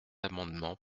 amendements